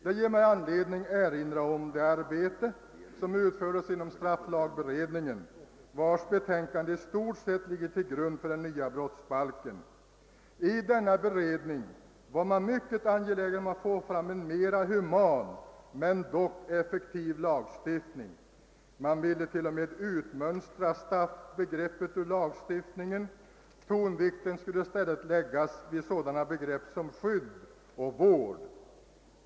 Det ger mig anledning att erinra om det arbete som utfördes inom strafflagberedningen, vars betänkande i stort sett ligger till grund för den nya brottsbalken. I denna beredning var man mycket angelägen om att få fram en mera human men dock effektiv lagstiftning. Man ville utmönstra straffbegreppet ur lagstiftningen, och tonvikten skulle i stället läggas vid sådana begrepp som skydd och vård.